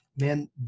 Man